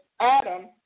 Adam